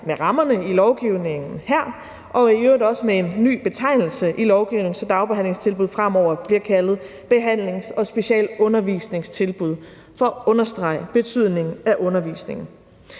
med rammerne i lovgivningen her og i øvrigt også med en ny betegnelse i lovgivningen, så dagbehandlingstilbud fremover bliver kaldt for behandlings- og specialundervisningstilbud for at understrege betydningen af undervisningen.